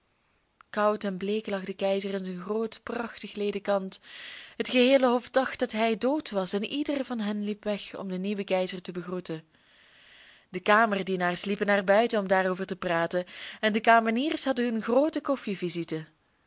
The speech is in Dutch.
koud en bleek lag de keizer in zijn groot prachtig ledekant het geheele hof dacht dat hij dood was en ieder van hen liep weg om den nieuwen keizer te begroeten de kamerdienaars liepen naar buiten om daarover te praten en de kameniers hadden een groote